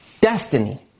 destiny